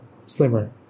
slimmer